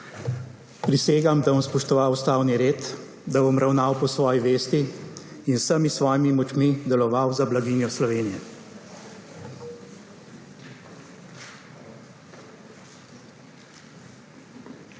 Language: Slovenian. Prisegam, da bom spoštoval ustavni red, da bom ravnal po svoji vesti in z vsemi svojimi močmi deloval za blaginjo Slovenije.